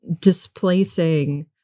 displacing